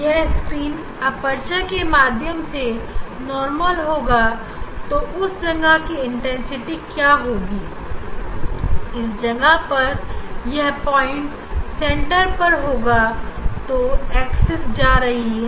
यह circular aperture के मध्य से नॉर्मल होगा तो उस जगह की इंटेंसिटी क्या होगी इस जगह पर यह पॉइंट सेंटर पर होगा जो एक्सेस जा रही है